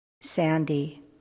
Sandy